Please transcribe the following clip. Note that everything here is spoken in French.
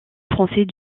français